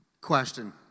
Question